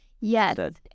Yes